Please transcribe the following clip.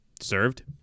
served